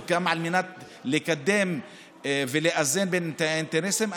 גם על מנת לקדם ולאזן בין האינטרסים,